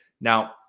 Now